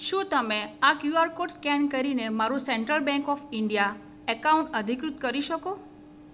શું તમે આ કયુઆર કોડ સ્કેન કરીને મારું Central Bank of India account અધિકૃત કરી શકો